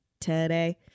today